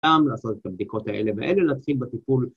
‫גם לעשות את הבדיקות האלה ‫ואלה, להתחיל בטיפול.